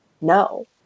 No